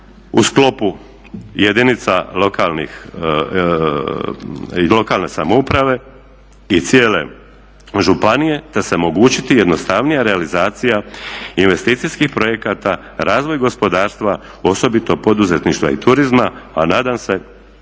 u sklopu jedinica lokalne samouprave i cijele županije te se omogućiti jednostavnija realizacija investicijskih projekata, razvoj gospodarstva osobito poduzetništva i turizma, a nadam se